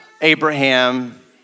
Abraham